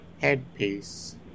headpiece